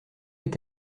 est